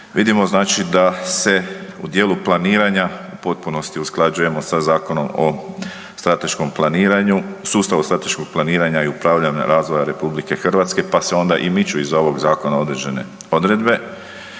vidimo znači da se u dijelu planiranja u potpunosti usklađujemo sa Zakonom o strateškom planiranju, sustavu strateškog planiranja i upravljanja razvoja RH, pa se onda i miču iz ovog zakona određene odredbe.